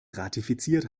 ratifiziert